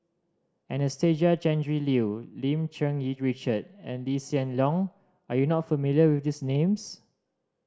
Anastasia Tjendri Liew Lim Cherng Yih Richard and Lee Hsien Loong are you not familiar with these names